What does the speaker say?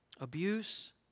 abuse